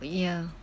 ya